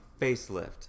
Facelift